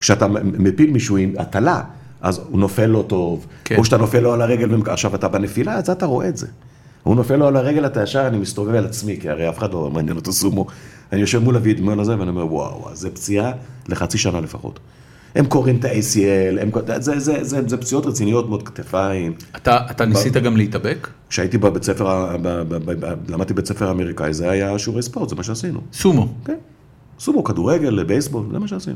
כשאתה מפיל מישהו עם הטלה, אז הוא נופל לא טוב. או כשאתה נופל לו על הרגל, עכשיו אתה בנפילה, אז אתה רואה את זה. הוא נופל לו על הרגל, אתה ישר, אני מסתובב על עצמי, כי הרי אף אחד לא מעניין אותו סומו. אני יושב מול אבי ואני אומר, וואו, זו פציעה לחצי שנה לפחות. הם קוראים את ה-ACL, זה פציעות רציניות מאוד, כתפיים. אתה ניסית גם להתאבק? כשהייתי בבית ספר, למדתי בית ספר אמריקאי, וזה היה שיעורי ספורט, זה מה שעשינו. סומו? כן. סומו, כדורגל לבייסבול, זה מה שעשינו.